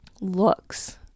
Looks